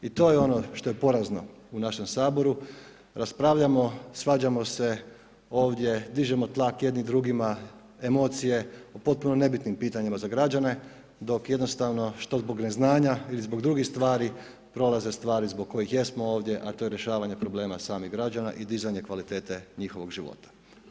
I to je ono što je porazno u našem Saboru, raspravljamo, svađamo se ovdje dižemo tlak jedni drugima, emocije o potpuno nebitnim pitanjima za građane dok jednostavno što zbog neznanja ili zbog drugih stvari prolaze stvari zbog kojih jesmo ovdje, a to je rješavanje problema samih građana i dizanje kvalitete njihovog života.